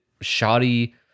shoddy